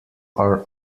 are